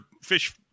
fish